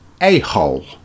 a-hole